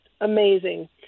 amazing